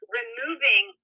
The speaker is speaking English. removing